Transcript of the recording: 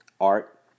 art